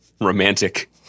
romantic